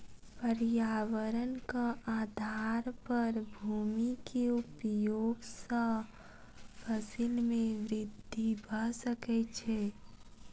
पर्यावरणक आधार पर भूमि के उपयोग सॅ फसिल में वृद्धि भ सकै छै